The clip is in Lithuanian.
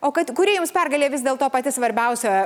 o kad kuri jums pergalė vis dėl to pati svarbiausia